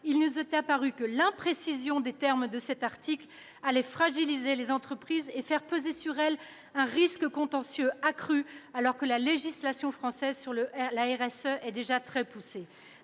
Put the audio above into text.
il nous est apparu que l'imprécision des termes de cet article allait fragiliser les entreprises et faire peser sur elles un risque de contentieux accru, alors que la législation française sur la responsabilité sociale